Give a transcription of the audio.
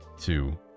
two